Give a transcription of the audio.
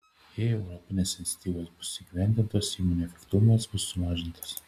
jei europinės iniciatyvos bus įgyvendintos įmonių efektyvumas bus sumažintas